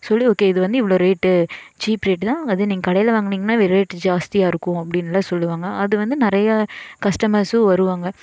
சொல்லி ஓகே இது வந்து இவ்வளோ ரேட் சீப் ரேட் தான் அதே நீங்கள் கடையில் வாங்குனீங்கனா ரேட் ஜாஸ்தியாக இருக்கும் அப்படின்னுலான் சொல்லுவாங்க அது வந்து நிறைய கஸ்டமர்ஸ்ஸும் வருவாங்க